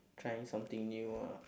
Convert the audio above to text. trying something new ah